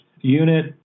unit